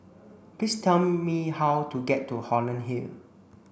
please tell me how to get to Holland Hill